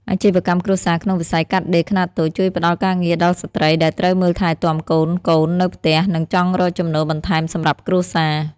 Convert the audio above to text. អាជីវកម្មគ្រួសារក្នុងវិស័យកាត់ដេរខ្នាតតូច ជួយផ្ដល់ការងារដល់ស្ត្រីដែលត្រូវមើលថែទាំកូនៗនៅផ្ទះ និងចង់រកចំណូលបន្ថែមសម្រាប់គ្រួសារ។